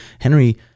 Henry